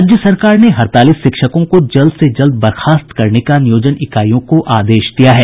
राज्य सरकार ने हड़ताली शिक्षकों को जल्द से जल्द बर्खास्त करने का नियोजन इकाइयों को आदेश दिया है